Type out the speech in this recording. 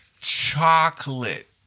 Chocolate